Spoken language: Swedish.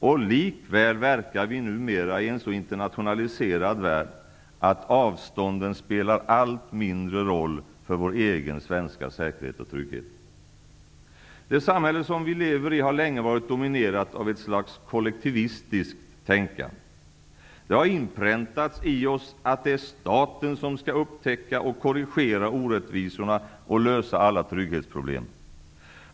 Och likväl verkar vi numera i en så internationaliserad värld att avstånden spelar en allt mindre roll för vår egen svenska säkerhet och trygghet. Det samhälle som vi lever i har länge varit dominerat av ett slags kollektivistiskt tänkande. Det har inpräntats i oss att det är staten som skall upptäcka och korrigera orättvisorna och lösa alla trygghetsproblem.